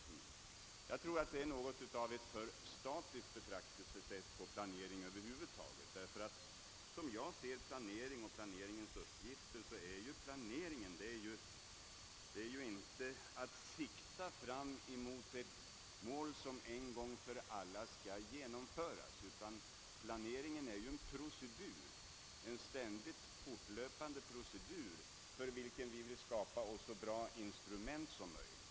Jag tror att det är ett alltför statiskt betraktelsesätt på planering över huvud taget. Som jag ser planering och planeringens uppgifter är planering inte att sikta fram mot ett mål som en gång för alla skall genomföras, utan planering är en ständigt fortlöpande procedur, för vilken vi vill skapa åt oss så bra instrument som möjligt.